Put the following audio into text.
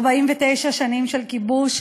49 שנים של כיבוש.